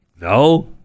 No